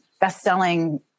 best-selling